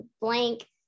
blank